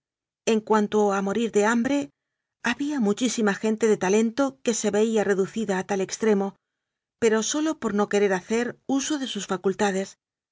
en cuanto a morir de hambre había muchísima gente de talento que se veía reducida a tal extremo pero sólo por no querer hacer uso de sus facultades